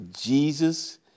Jesus